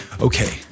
okay